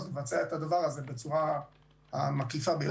לבצע את הדבר הזה בצורה המקיפה ביותר.